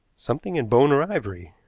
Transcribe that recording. something in bone or ivory.